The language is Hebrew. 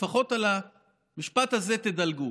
שלפחות על המשפט הזה תדלגו,